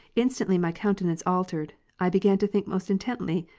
instantly, my countenance altered, i began to think most intently,